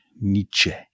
Nietzsche